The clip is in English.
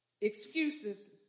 excuses